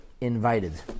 invited